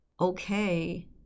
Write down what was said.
Okay